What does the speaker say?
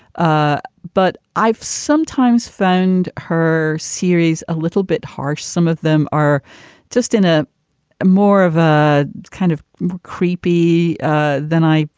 ah but i've sometimes phoned her series a little bit harsh. some of them are just in ah a more of a kind of creepy than i.